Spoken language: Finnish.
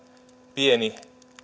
pieni